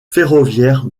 ferroviaire